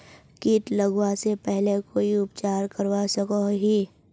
किट लगवा से पहले कोई उपचार करवा सकोहो ही?